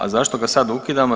A zašto ga sad ukidamo?